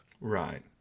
Right